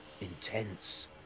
Intense